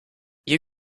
you